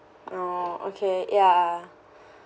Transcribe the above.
oh okay ya